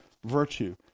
Virtue